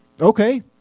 Okay